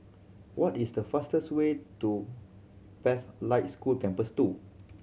what is the fastest way to Pathlight School Campus Two